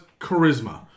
charisma